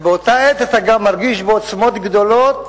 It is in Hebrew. ובאותה עת אתה גם מרגיש בעוצמות גדולות